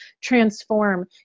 transform